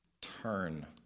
turn